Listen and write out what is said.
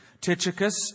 Tychicus